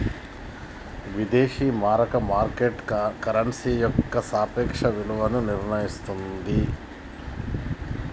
విదేశీ మారక market currency యొక్క సాపేక్ష విలువను నిర్ణయిస్తన్నాది